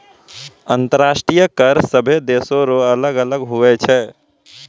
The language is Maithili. अंतर्राष्ट्रीय कर सभे देसो रो अलग अलग हुवै छै